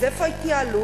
אז איפה ההתייעלות?